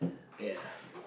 ya